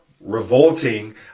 revolting